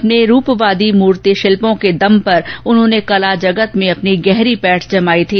अपने रूपवादी मूर्ति शिल्पों के दम पर उन्होंने कला जगत में अपनी गहरी पैठ जमाई थी